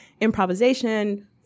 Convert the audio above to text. improvisation